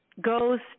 goes